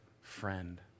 friend